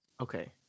Okay